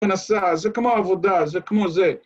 מנסה, זה כמו עבודה, זה כמו זה.